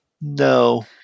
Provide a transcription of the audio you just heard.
no